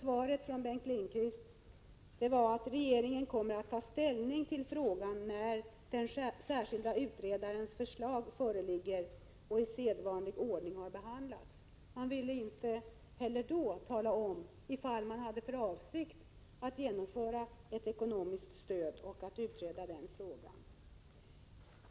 Svaret från Bengt Lindqvist var att regeringen skulle komma att ta ställning till frågan när den särskilde utredarens förslag förelåg och i sedvanlig ordning behandlats. Han ville inte heller då tala om ifall man hade för avsikt att införa ekonomiskt stöd eller utreda den frågan.